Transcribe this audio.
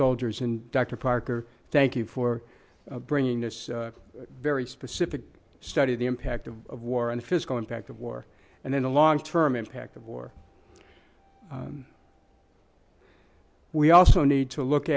soldiers in dr parker thank you for bringing this very specific study the impact of of war and physical impact of war and then the long term impact of war we also need to look